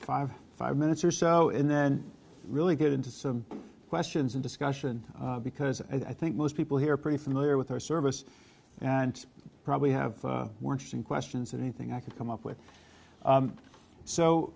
five five minutes or so and then really get into some questions and discussion because i think most people here are pretty familiar with our service and probably have more interesting questions than anything i could come up with